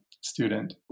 student